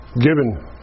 given